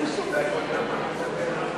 בעד ההסתייגות, 40,